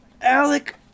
Alec